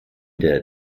der